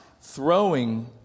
throwing